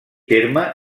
terme